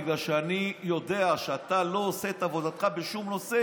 בגלל שאני יודע שאתה לא עושה את עבודתך בשום נושא